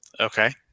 Okay